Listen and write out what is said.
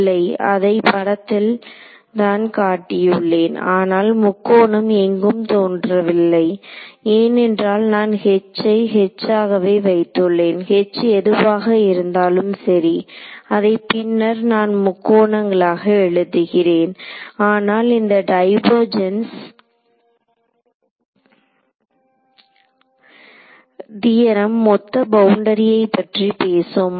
இல்லை அதை படத்தில் தான் காட்டியுள்ளேன் ஆனால் முக்கோணம் எங்கும் தோன்றவில்லை ஏனென்றால் நான் H ஐ H ஆகவே வைத்துள்ளேன் H எதுவாக இருந்தாலும் சரி அதை பின்னர் நான் முக்கோணங்களாக எழுதுகிறேன் ஆனால் இந்த டைவர்ஜென்ஸ் தியரம் மொத்த பவுண்டரியைப் பற்றி பேசும்